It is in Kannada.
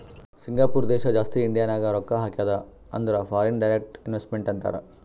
ಸಿಂಗಾಪೂರ ದೇಶ ಜಾಸ್ತಿ ಇಂಡಿಯಾನಾಗ್ ರೊಕ್ಕಾ ಹಾಕ್ಯಾದ ಅಂದುರ್ ಫಾರಿನ್ ಡೈರೆಕ್ಟ್ ಇನ್ವೆಸ್ಟ್ಮೆಂಟ್ ಅಂತಾರ್